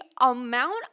amount